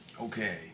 okay